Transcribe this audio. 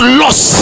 lost